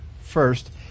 first